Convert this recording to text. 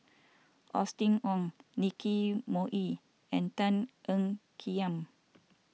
Austen Ong Nicky Moey and Tan Ean Kiam